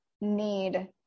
need